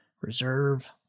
reserve